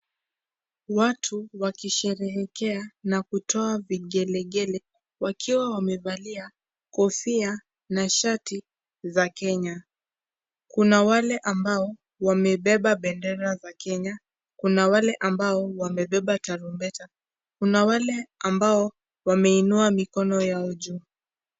Watu wakisherehekea na kutoa vigelegele wakiwa wamevalia kofia na shati za Kenya, kuna wale ambao wamebeba bendera za Kenya, kuna wale ambao wamebeba tarumbeta, kuna wale ambao wameinua mikono yao juu.